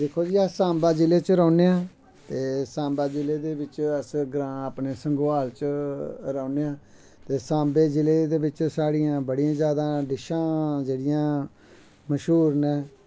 दिक्खो जी अस सांबा जिले च रौह्ने आं ते सांबा जिले दे बिच्च अस ग्रांऽ अपने संगोआल च रौह्ने आं ते सांबे जिले दे बिच्च साढ़ियां बड़ियां जादा डिशां जेह्ड़ियां मश्हूर नै